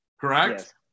correct